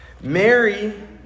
Mary